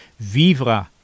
vivra